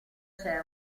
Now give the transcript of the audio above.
c’è